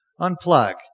Unplug